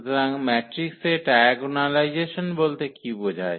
সুতরাং ম্যাট্রিক্সের ডায়াগোনালাইজেশন বলতে কী বোঝায়